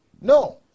No